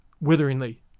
witheringly